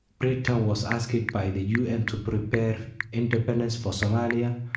britain was asked by the un to prepare independence for somalia,